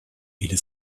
или